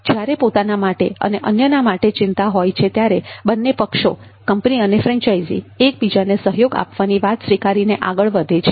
જ્યારે પોતાના માટે અને અન્યના માટે વધારે ચિંતા હોય છે ત્યારે બંને પક્ષો કંપની અને ફ્રેન્ચાઇઝી એકબીજાને સહયોગ આપવાની વાત સ્વીકારીને આગળ વધે છે